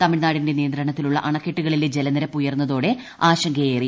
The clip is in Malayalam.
തമിഴ്നാടിന്റെ നിയന്ത്രണത്തിലുള്ള അണക്കെട്ടുകളിലെ ജലനിരപ്പ് ഉയർന്നതോടെ ആശങ്കയേറി